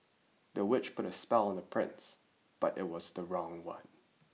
the witch put a spell on the prince but it was the wrong one